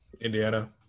Indiana